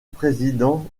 président